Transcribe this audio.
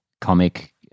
comic